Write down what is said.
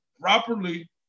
properly